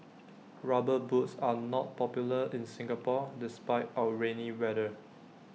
rubber boots are not popular in Singapore despite our rainy weather